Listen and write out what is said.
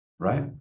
Right